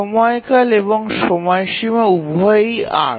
সময়কাল এবং সময়সীমা উভয়েই ৮